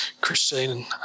Christine